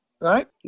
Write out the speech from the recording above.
right